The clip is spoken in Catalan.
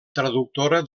traductora